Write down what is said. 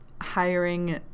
hiring